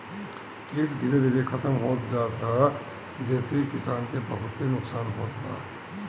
कीट धीरे धीरे खतम होत जात ह जेसे किसान के बहुते नुकसान होत बा